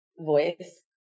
voice